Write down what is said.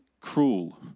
cruel